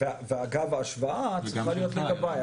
אגב, ההשוואה צריכה להיות לגביי.